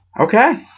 Okay